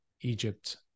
Egypt